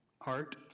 art